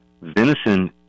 Venison